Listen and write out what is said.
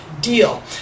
deal